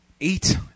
eight